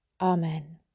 Amen